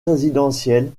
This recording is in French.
résidentielle